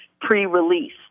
pre-release